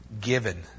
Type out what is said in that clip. given